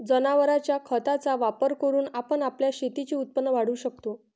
जनावरांच्या खताचा वापर करून आपण आपल्या शेतीचे उत्पन्न वाढवू शकतो